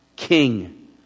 king